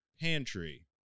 Pantry